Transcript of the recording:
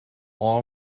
all